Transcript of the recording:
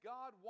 God